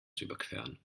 überqueren